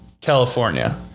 California